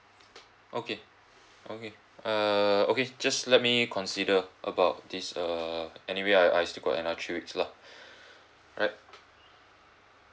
okay okay err okay just let me consider about this err anyway I I still got another three weeks lah right